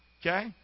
Okay